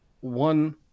one